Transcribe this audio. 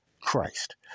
Christ